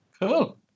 Cool